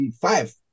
five